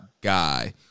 guy